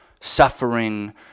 suffering